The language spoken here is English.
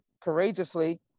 courageously